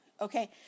Okay